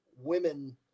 women